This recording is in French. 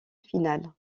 finale